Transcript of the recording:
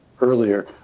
earlier